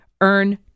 earn